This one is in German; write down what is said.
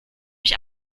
mich